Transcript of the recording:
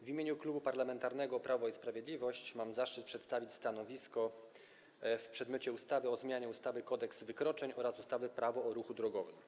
W imieniu Klubu Parlamentarnego Prawo i Sprawiedliwość mam zaszczyt przedstawić stanowisko w przedmiocie projektu ustawy o zmianie ustawy Kodeks wykroczeń oraz ustawy Prawo o ruchu drogowym.